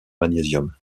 magnésium